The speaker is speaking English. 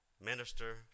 minister